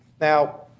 Now